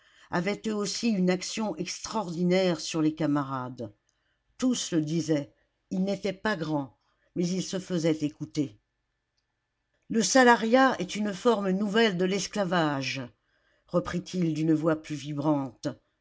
avaient eux aussi une action extraordinaire sur les camarades tous le disaient il n'était pas grand mais il se faisait écouter le salariat est une forme nouvelle de l'esclavage reprit-il d'une voix plus vibrante